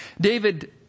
David